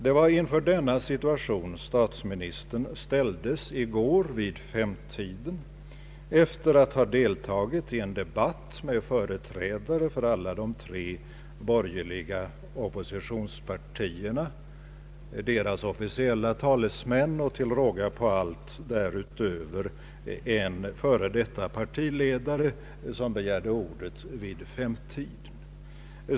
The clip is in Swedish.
Det var inför denna situation statsministern ställdes i går vid 17-tiden efter att ha deltagit i en debatt med alla de tre borgerliga oppositionspartiernas officiella talesmän, och till råga på allt därutöver en före detta partiledare, som begärde ordet vid 17-tiden.